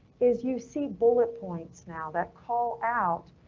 is you see bullet points now that call out.